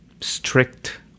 strict